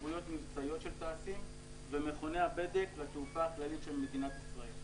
כשירויות מבצעיות של טייסים ומכוני הבדק והתעופה הכללית של מדינת ישראל.